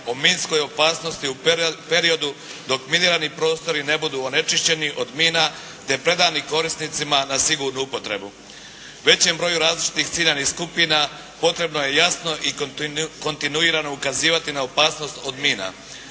o minskoj opasnosti u periodu dok minirani prostori ne budu onečišćeni od mina te predani korisnicima na sigurnu upotrebu. Većem broju različitih ciljanih skupina potrebno je jasno i kontinuirano ukazivati na opasnost od mina.